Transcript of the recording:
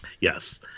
Yes